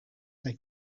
they